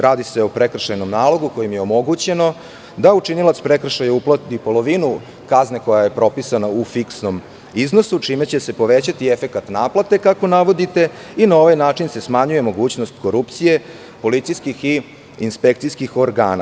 Radi se o prekršajnom nalogu, kojim je omogućeno da učinilac prekršaja uplati polovinu kazne koja je propisana u fiksnom iznosu, čime će se povećati efekat naplate, kako navodite, i na ovaj način se smanjuje mogućnost korupcije policijskih i inspekcijskih organa.